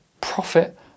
profit